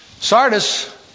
Sardis